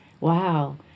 Wow